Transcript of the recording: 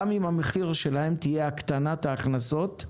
גם אם המחיר שלהם יהיה הקטנת ההכנסות,